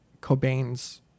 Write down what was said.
Cobain's